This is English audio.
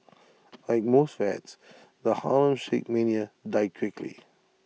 like most fads the Harlem shake mania died quickly